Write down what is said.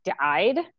died